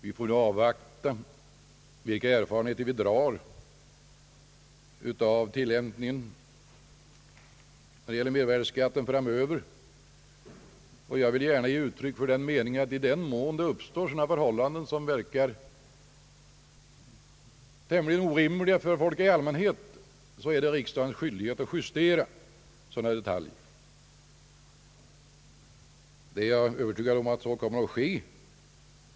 Vi får nu avvakta vilka erfarenheter vi får av tillämpningen av mervärdeskatten framöver. Jag vill gärna ge uttryck för den meningen att i den mån det uppstår sådana förhållanden som verkar tämligen orimliga för folk i allmänhet så är det riksdagens skyldighet att justera sådana detaljer. Jag är övertygad om att så kommer att ske.